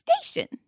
Station